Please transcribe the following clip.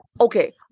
Okay